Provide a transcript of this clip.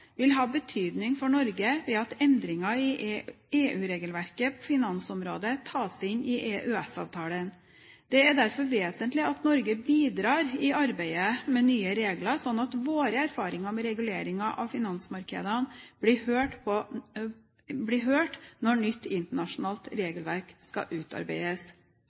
vil ha betydning for Norge ved at endringer i EU-regelverket på finansområdet tas inn i EØS-avtalen. Det er derfor vesentlig at Norge bidrar i arbeidet med nye regler, slik at våre erfaringer med reguleringer av finansmarkedene blir hørt når nytt internasjonalt regelverk skal utarbeides.